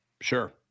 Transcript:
sure